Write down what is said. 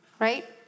Right